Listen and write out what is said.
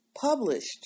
published